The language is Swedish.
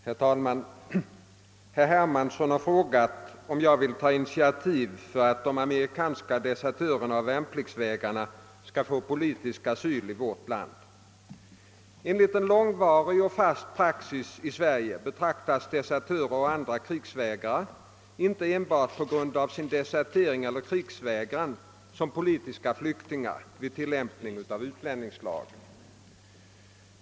Herr talman! Herr Hermansson har frågat om jag vill ta initiativ för att de amerikanska desertörerna och värn pliktsvägrarna skall få politisk asyl i vårt land. Enligt en långvarig och fast praxis i Sverige betraktas desertörer och andra krigsvägrare inte enbart på grund av sin desertering eller krigsvägran som politiska flyktingar vid tillämpningen av utlänningslagen.